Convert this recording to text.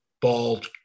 bald